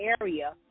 area